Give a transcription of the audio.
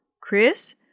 Chris